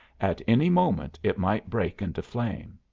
at any moment it might break into flame.